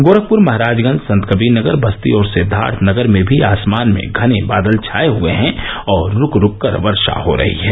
गोरखपुर महराजगंज संतकबीरनगर बस्ती और सिद्वार्थनगर में भी आसमान में घने बादल छाये हये हैं और रूक रूक कर वर्षा हो रही है